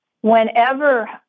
Whenever